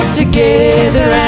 together